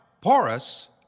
porous